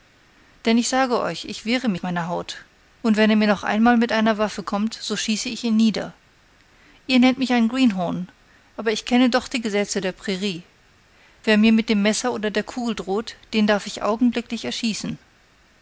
denn ich sage euch ich wehre mich meiner haut und wenn er mir noch einmal mit einer waffe kommt so schieße ich ihn nieder ihr nennt mich ein greenhorn aber ich kenne doch die gesetze der prairie wer mir mit dem messer oder der kugel droht den darf ich augenblicklich erschießen